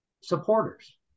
supporters